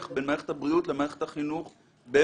בין מערכת הבריאות למערכת החינוך בישראל,